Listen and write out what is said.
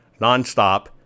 Nonstop